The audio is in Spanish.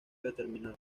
determinado